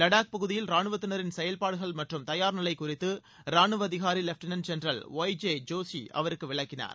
வடாக் பகுதியில் ராணுவத்தினரின் செயல்பாடுகள் மற்றும் தயார் நிலை குறித்து ரானுவ அதிகாரி lieutenant general Y K Joshi அவருக்கு விளக்கினார்